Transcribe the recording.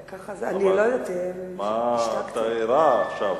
את ערה עכשיו.